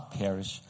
perish